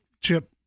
chip